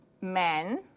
men